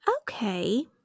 Okay